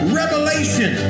revelation